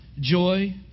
joy